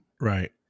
right